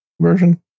version